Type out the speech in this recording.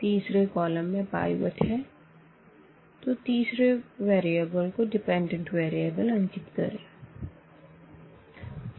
तीसरे कॉलम में पाइवट है तो तीसरे वेरिएबल को डिपेंडेंट वेरिएबल अंकित करें